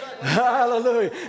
Hallelujah